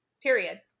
Period